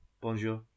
Bonjour